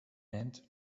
and